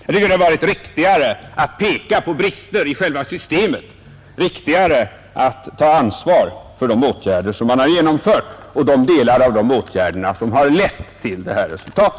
Jag tycker att det hade varit riktigare att peka på brister i själva systemet, riktigare att ta ansvar för de åtgärder som man har genomfört och de delar av dessa åtgärder som har lett till detta resultat.